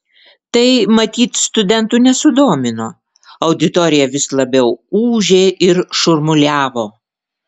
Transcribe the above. tai matyt studentų nesudomino auditorija vis labiau ūžė ir šurmuliavo